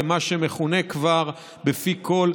ומה שמכונה כבר בפי כול,